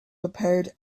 prepared